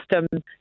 system